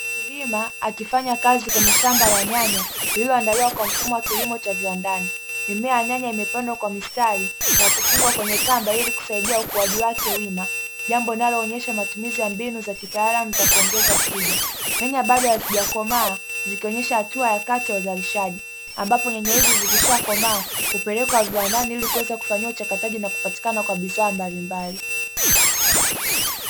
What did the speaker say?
Mkulima akifanya kazi kwenye shamba la nyanya lililoandaliwa kwa mfumo wa kilimo cha viwandani, mimea ya nyanya imepangwa kwa mstari na kufungwa kwenye kamba, ili kusaidia ukuwaji wima jambo linaloonesha matumizi ya mbinu za kitaalamu za kuongeza tija. Nyanya bado hazija komaa zikionesha hatua ya kati ya uzalisaji, ambapo nyanya hizo zikisha komaa hupelekwa viwandani ilikuweza kufanyiwa uchakataji na kupatikana kwa bidhaa mbalimbali.